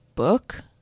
book